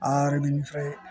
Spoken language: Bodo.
आरो बिनिफ्राय